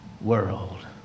world